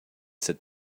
sit